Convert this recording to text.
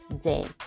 day